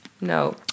No